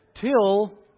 till